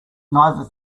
neither